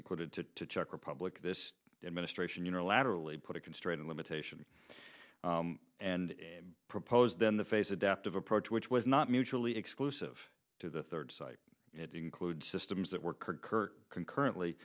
included to check republic this administration unilaterally put a constraint limitation and proposed in the face adaptive approach which was not mutually exclusive to the third site it includes systems that were hurt concurrently